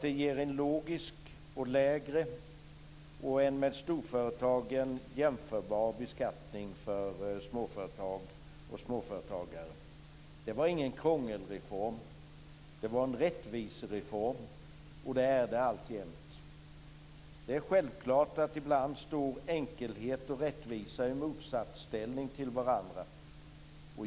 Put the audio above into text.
De ger en logisk, lägre och med storföretagen jämförbar beskattning för småföretag och småföretagare. Det var ingen krångelreform, det var en rättvisereform, och det är det alltjämt. Det är självklart att enkelhet och rättvisa ibland står i motsatsställning till varandra.